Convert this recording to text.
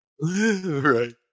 Right